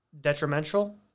Detrimental